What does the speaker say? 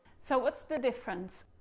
so what's the difference?